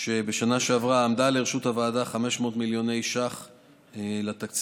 שבשנה שעברה עמדו לרשות הוועדה 500 מיליון ש"ח לתקציב.